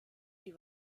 die